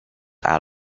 out